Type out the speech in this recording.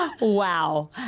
Wow